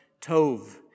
tov